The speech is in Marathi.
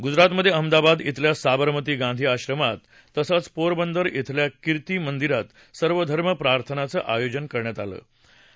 गुजरातमधे अहमदाबाद अल्या साबरमती गांधी आश्रमात तसंच पोरबंदर अल्या किर्ती मंदिरात सर्वधर्म प्रार्थनांचं आयोजन केलं होतं